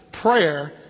Prayer